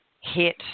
hit